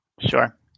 Sure